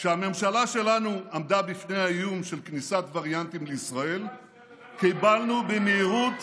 כשהממשלה שלנו עמדה בפני האיום של כניסת וריאנטים לישראל קיבלנו במהירות